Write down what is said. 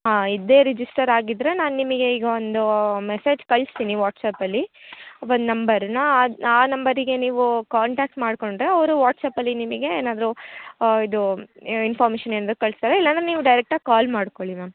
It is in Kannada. ಹಾಂ ಇದೇ ರಿಜಿಸ್ಟರ್ ಆಗಿದ್ದರೆ ನಾನು ನಿಮಗೆ ಈಗ ಒಂದು ಮೆಸೇಜ್ ಕಳಿಸ್ತೀನಿ ವಾಟ್ಸ್ಆ್ಯಪಲ್ಲಿ ಒಂದು ನಂಬರ್ನ ಅದು ಆ ನಂಬರಿಗೆ ನೀವು ಕಾಂಟ್ಯಾಕ್ಟ್ ಮಾಡಿಕೊಂಡ್ರೆ ಅವರು ವಾಟ್ಸ್ಆ್ಯಪಲ್ಲಿ ನಿಮಗೆ ಏನಾದರು ಇದು ಇನ್ಫಾರ್ಮೇಷನ್ ಏನಾರ ಕಳಿಸ್ತಾರೆ ಇಲ್ಲಾಂದರೆ ನೀವು ಡೈರೆಕ್ಟಾಗಿ ಕಾಲ್ ಮಾಡ್ಕೊಳ್ಳಿ ಮ್ಯಾಮ್